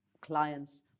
clients